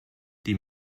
die